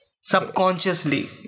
Subconsciously